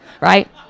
right